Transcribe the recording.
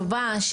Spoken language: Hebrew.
טובה,